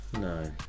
No